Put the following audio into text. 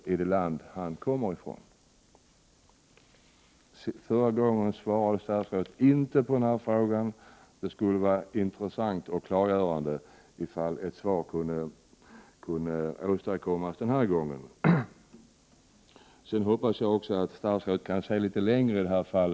Förra gången svarade statsrådet inte på denna fråga, men det skulle vara intressant och klargörande om hon kunde lämna ett svar den här gången. Jag hoppas också att statsrådet kan se litet längre i detta fall.